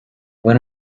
when